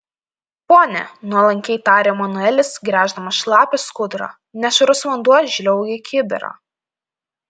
pone nuolankiai tarė manuelis gręždamas šlapią skudurą nešvarus vanduo žliaugė į kibirą